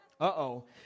Uh-oh